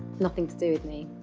nothing to do with me.